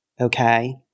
okay